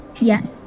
Yes